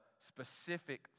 Specific